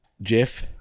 Jeff